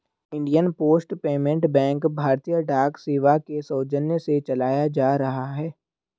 Indian post payment bank भारतीय डाक सेवा के सौजन्य से चलाया जा रहा है